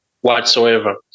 whatsoever